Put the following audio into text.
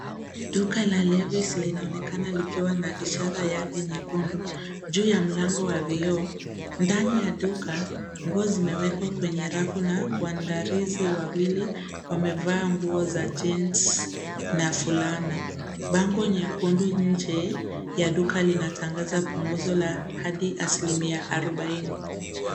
Duka la Levis linaonekana likiwa na ishara yake nyekundu. Juu ya mlango wa vio, ndani ya duka nguo zimewekwa kwenye rafu na kuandalizi wawili wamevaa nguo za jinsi na fulani. Bango nyekundu nje ya duka linatangaza punguzo la hadi asilimia arobaini.